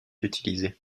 utilisées